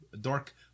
dark